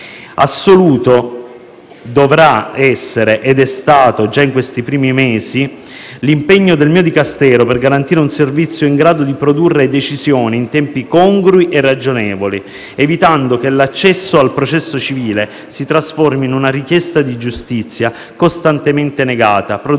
Assoluto dovrà essere - lo è stato già in questi primi mesi - l'impegno del mio Dicastero per garantire un servizio in grado di produrre decisioni in tempi congrui e ragionevoli, evitando che l'accesso al processo civile si trasformi in una richiesta di giustizia costantemente negata,